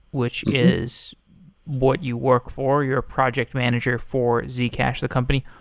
which is what you work for. you're a project manager for zcash, the company.